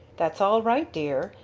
that's all right, dear,